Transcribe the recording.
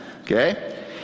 Okay